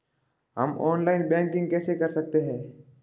हम online banking कैसे कर सकते हैं?